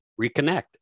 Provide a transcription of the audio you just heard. reconnect